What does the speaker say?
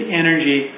energy